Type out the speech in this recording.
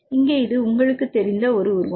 இங்கே இது உங்களுக்குத் தெரிந்த ஒரு உருவம்